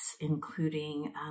including